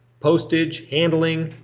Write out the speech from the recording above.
postage, handling,